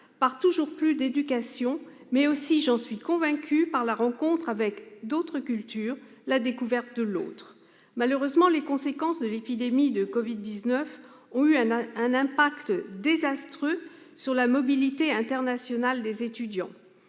par toujours plus d'éducation, mais aussi, j'en suis convaincue, par la rencontre avec d'autres cultures, la découverte de l'autre. Malheureusement, les conséquences de l'épidémie de Covid-19 ont eu un impact désastreux sur la mobilité internationale des étudiants.